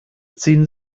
ziehen